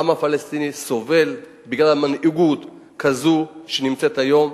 העם הפלסטיני סובל בגלל מנהיגות כזו שנמצאת היום.